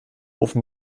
ofen